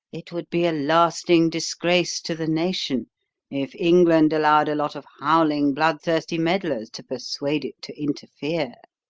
it would be a lasting disgrace to the nation if england allowed a lot of howling, bloodthirsty meddlers to persuade it to interfere.